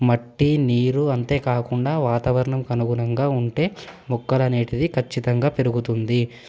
మట్టి నీరు అంతే కాకుండా వాతావరణంకి అనుగుణంగా ఉంటే మొక్కలు అలనేటిది ఖచ్చితంగా పెరుగుతుంది